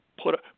put